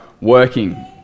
working